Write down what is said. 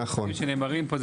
דברים שנאמרים פה,